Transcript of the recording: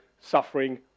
suffering